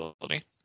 ability